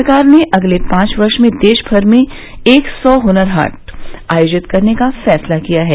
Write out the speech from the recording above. सरकार ने अगले पांच वर्ष में देशभर में एक सौ हुनर हाट आयोजित करने का फैसला किया है